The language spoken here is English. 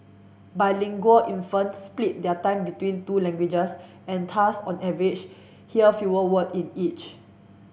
bilingual infants split their time between two languages and thus on average hear fewer word in each